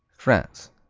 france